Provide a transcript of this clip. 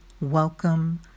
Welcome